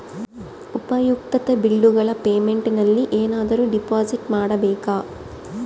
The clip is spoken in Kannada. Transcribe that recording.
ಉಪಯುಕ್ತತೆ ಬಿಲ್ಲುಗಳ ಪೇಮೆಂಟ್ ನಲ್ಲಿ ಏನಾದರೂ ಡಿಪಾಸಿಟ್ ಮಾಡಬೇಕಾ?